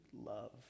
love